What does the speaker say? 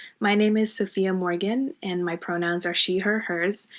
my name is sophia morgan, and my pronouns are she, her, hers.